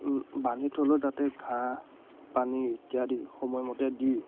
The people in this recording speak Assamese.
বান্ধি থ'লেও তাতে ঘাঁহ পানী ইত্যাদি সময়মতে দি